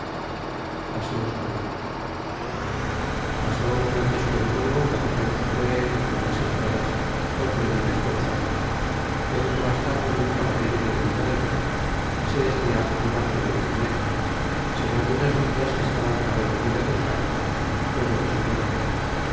pasemos adelante pasó un francisco de lugo capitan que fue en algunas entradas hombretien esforzado fué hijo bastardo de un cahallero de medina del campo que se decia alvaro de lugo el viejo señor de unas villas que estan cabe medina del campo murió de su muerte